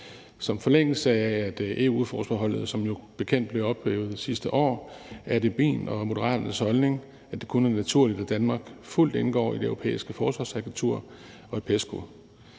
I forlængelse af at EU-forsvarsforbeholdet jo som bekendt blev ophævet sidste år, er det min og Moderaternes holdning, at det kun er naturligt, at Danmark fuldt indgår i Det Europæiske Forsvarsagentur og i PESCO.